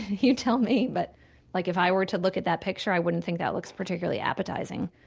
you tell me. but like if i were to look at that picture, i wouldn't think that looks particularly appetizing.